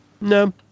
No